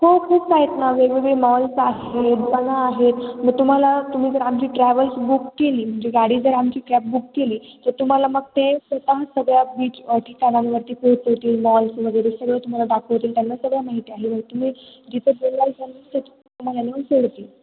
हो खूप आहेत ना वेगवेगळी मॉल्स आहेत दुकानं आहेत मग तुम्हाला तुम्ही जर आमची ट्रॅवल्स बुक केली म्हणजे गाडी जर आमची कॅब बुक केली तर तुम्हाला मग ते स्वतः सगळ्या बीच ठिकाणांवरती पोचवतील मॉल्स वगैरे सगळं तुम्हाला दाखवतील त्यांना सगळं माहिती आहे मग तुम्ही जिथं बोलला जाल तिथे ते तुम्हाला नेऊन सोडतील